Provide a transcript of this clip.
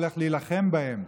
הולך להילחם בהם.